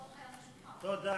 תודה